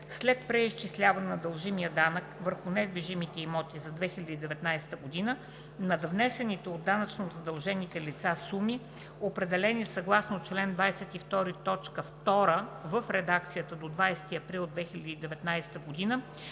След преизчисляване на дължимия данък върху недвижимите имоти за 2019 г. надвнесените от данъчно задължените лица суми, определени съгласно чл. 22, т. 2 в редакцията до 20 април 2019 г.,